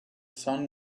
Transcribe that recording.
sun